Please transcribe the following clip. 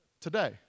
today